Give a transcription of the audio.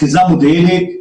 אחיזה מודיעינית,